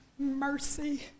mercy